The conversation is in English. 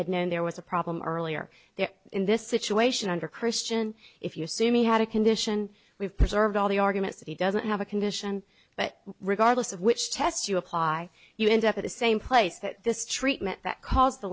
had known there was a problem earlier there in this situation under christian if you assume he had a condition we've preserved all the arguments that he doesn't have a condition but regardless of which tests you apply you end up at the same place that this treatment that caused the